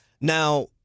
Now